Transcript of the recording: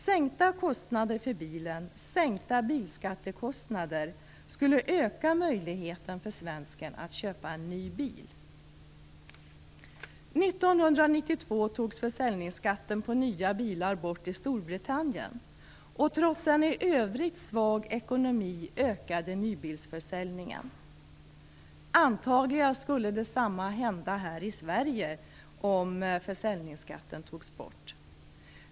Sänkta kostnader för bilen - sänkta bilskattekostnader - skulle öka möjligheterna för svensken att köpa en ny bil. Storbritannien, och trots en i övrigt svag ekonomi ökade nybilsförsäljningen. Antagligen skulle detsamma hända här i Sverige om försäljningsskatten togs bort.